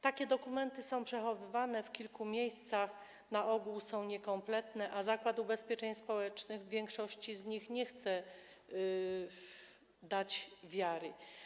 Takie dokumenty są przechowywane w kilku miejscach, na ogół są niekompletne, a Zakład Ubezpieczeń Społecznych większości z nich nie chce dać wiary.